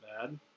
bad